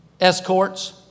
escorts